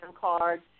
card